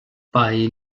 bei